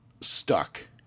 stuck